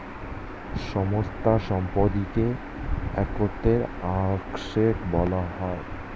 সমস্ত সম্পত্তিকে একত্রে অ্যাসেট্ বলা হয়